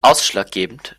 ausschlaggebend